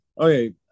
okay